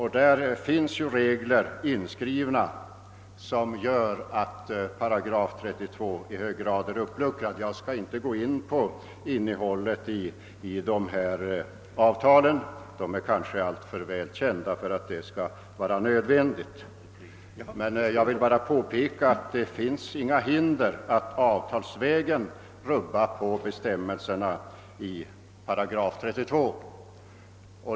I detta finns regler inskrivna som gör att § 32 är i hög grad uppluckrad. Jag skall inte ingå på innehållet i dessa avtal. De är alltför väl kända för att det skall vara nödvändigt. Jag vill bara påpeka att det inte finns några hinder att avtalsvägen rubba på bestämmelserna i § 32.